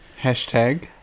Hashtag